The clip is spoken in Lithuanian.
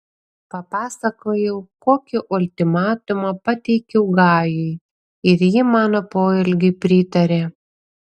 papasakojau kokį ultimatumą pateikiau gajui ir ji mano poelgiui pritarė